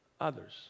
others